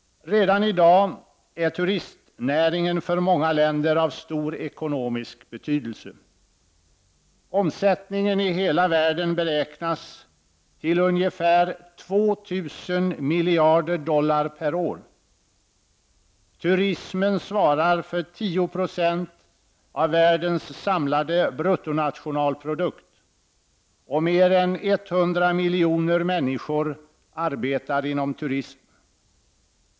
Redan i dag är turistnäringen för många länder av stor ekonomisk betydelse. Omsättningen i hela världen beräknas till ungefär 2 000 miljarder dollar per år. Turismen svarar för 10 26 av världens samlade bruttonationalprodukt, och mer än 100 miljoner människor arbetar inom turism.